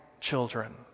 children